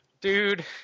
Dude